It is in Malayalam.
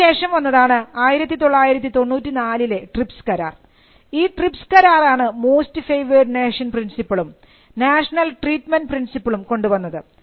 ഇതിനുശേഷം വന്നതാണ് 1994ലെ ട്രിപ്സ് കരാർ ഈ ട്രിപ്സ് കരാറാണ് മോസ്റ്റ് ഫേവേർഡ് നേഷൻ പ്രിൻസിപ്പിളും നാഷണൽ ട്രീറ്റ്മെൻറ് പ്രിൻസിപ്പിളും കൊണ്ടുവന്നത്